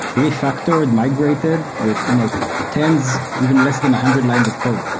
refactored, migrated with you know tens, even less than a hundred lines of code.